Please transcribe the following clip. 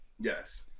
Yes